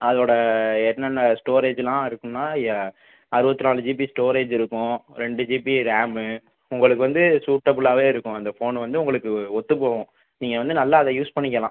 அதோட என்னென்ன ஸ்டோரேஜ்லாம் இருக்கும்னா அறுபத்தி நாலு ஜிபி ஸ்டோரேஜ் இருக்கும் ரெண்டு ஜிபி ரேம்மு உங்களுக்கு வந்து சூட்டபிளாகவே இருக்கும் இந்த ஃபோன்னு வந்து உங்களுக்கு ஒத்துப் போகும் நீங்கள் வந்து நல்லா அதை யூஸ் பண்ணிக்கலாம்